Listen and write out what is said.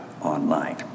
online